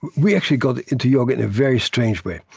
we actually got into yoga in a very strange way.